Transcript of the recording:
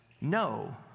no